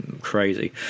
crazy